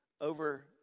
over